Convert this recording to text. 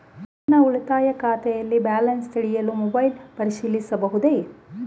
ನನ್ನ ಉಳಿತಾಯ ಖಾತೆಯಲ್ಲಿ ಬ್ಯಾಲೆನ್ಸ ತಿಳಿಯಲು ಮೊಬೈಲ್ ಪರಿಶೀಲಿಸಬಹುದೇ?